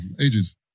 Ages